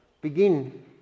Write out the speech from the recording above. begin